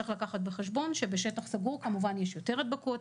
צריך לקחת בחשבון שבשטח סגור כמובן יש יותר הדבקות,